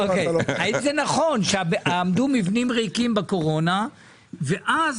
האם זה נכון שעמדו מבנים ריקים בקורונה ואז